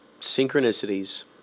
Synchronicities